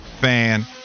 fan